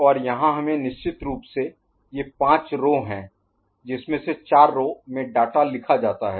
और यहाँ हमें निश्चित रूप से ये पाँच रो Row पंक्ति हैं जिसमे से चार रो Row पंक्ति में डाटा लिखा जाता है